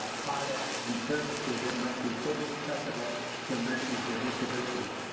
um products, and services that must be fully acceptable to americans with disabilities.